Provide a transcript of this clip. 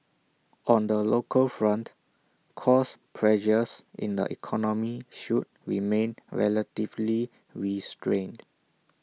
on the local front cost pressures in the economy should remain relatively restrained